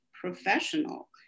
professional